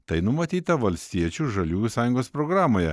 tai numatyta valstiečių žaliųjų sąjungos programoje